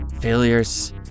failures